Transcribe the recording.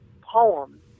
poem